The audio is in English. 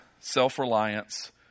self-reliance